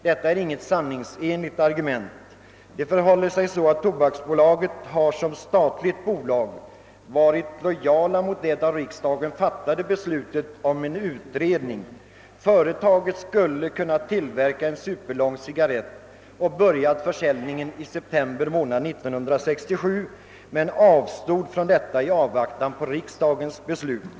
Detta är inte något sanningsenligt argument. Det förhåller sig så att Tobaksbolaget som statligt bolag har varit lojalt mot det av riksdagen fattade beslutet om en utredning. Företaget skulle ha kunnat tillverka en superlång cigarrett och börjat försäljningen i september månad 1967 men avstod från detta i avvaktan på riksdagens ställningstagande.